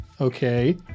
Okay